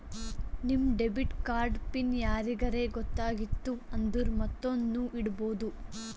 ನಿಮ್ debit card PIN ಯಾರಿಗರೇ ಗೊತ್ತಾಗಿತ್ತು ಅಂದುರ್ ಮತ್ತೊಂದ್ನು ಇಡ್ಬೋದು